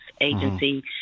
Agency